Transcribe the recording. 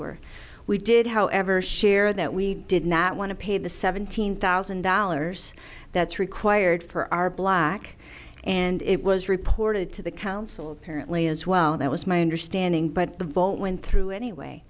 were we did however share that we did not want to pay the seventeen thousand dollars that's required for our block and it was reported to the council apparently as well that was my understanding but the vote went through anyway